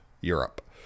Europe